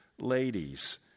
ladies